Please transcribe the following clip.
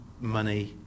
money